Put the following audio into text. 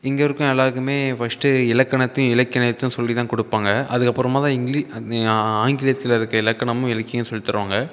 இங்கே இருக்க எல்லாருக்குமே ஃபர்ஸ்ட் இலக்கணத்தையும் இலக்கியணத்தையும் சொல்லிதான் கொடுப்பாங்க அதுக்கு அப்புறமாகதான் இங்கிலீ ஆங்கிலத்தில் இருக்க இலக்கணமும் இலக்கியமும் சொல்லித்தருவாங்க